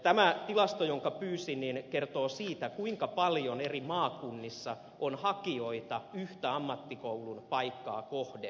tämä tilasto jonka pyysin kertoo siitä kuinka paljon eri maakunnissa on hakijoita yhtä ammattikoulun paikkaa kohden